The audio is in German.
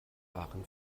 aachen